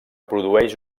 produeix